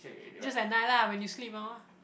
just at night lah when you sleep lor